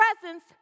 presence